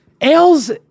Ailes